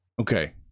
Okay